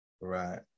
Right